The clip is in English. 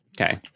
Okay